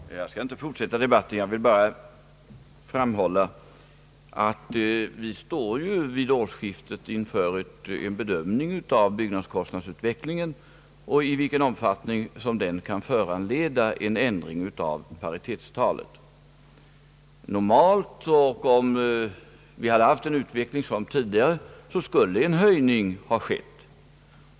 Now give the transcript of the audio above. Herr talman! Jag skall inte fortsätta debatten. Jag vill bara framhålla att vi vid årsskiftet kommer att stå inför en bedömning av utvecklingen av byggnadskostnaderna och frågan om i vilken omfattning som den kan föranleda en ändring av paritetstalet. Om vi hade haft samma utveckling som tidigare, skulle en höjning ha skett.